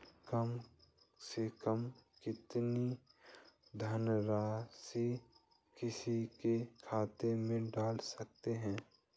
कम से कम कितनी धनराशि किसी के खाते में डाल सकते हैं?